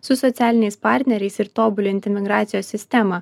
su socialiniais partneriais ir tobulinti migracijos sistemą